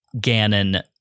Ganon